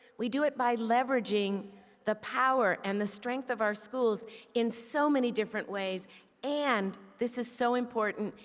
we do it by leveraging the power and the strength of our schools in so many different ways and, this is so important,